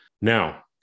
Now